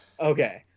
Okay